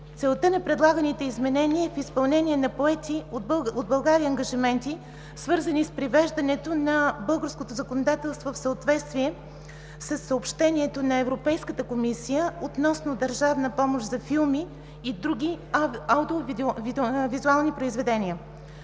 Целта на предлаганите изменения е в изпълнение на поети от България ангажименти, свързани с привеждането на българското законодателство в съответствие със Съобщението на Европейската комисия относно държавна помощ за филми и други аудиовизуални произведения.